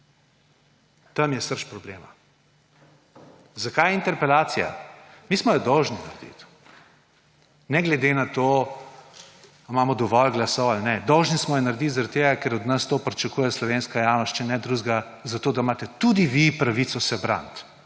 Tam je srž problema. Zakaj interpelacija? Mi smo jo dolžni narediti, ne glede na to, ali imamo dovolj glasov ali ne. Dolžni smo jo narediti, ker od nas to pričakuje slovenska javnost. Če ne drugega tudi zato, da imate tudi vi pravico se braniti